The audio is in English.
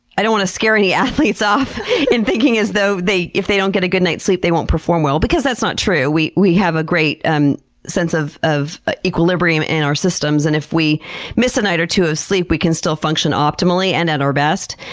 i don't want to scare any athletes off in thinking as though that if they don't get a good night's sleep they won't perform well because that's not true. we we have a great um sense of of ah equilibrium in our systems and if we miss a night or two of sleep, we can still function optimally and at our best.